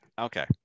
Okay